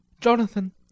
Jonathan